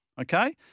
Okay